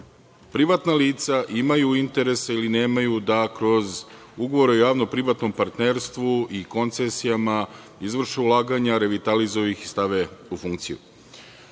privatna lica imaju interese ili nemaju da kroz ugovore o javno-privatnom partnerstvu i koncesijama izvrše ulaganja, revitalizuju ih i stave u funkciju. Zakonski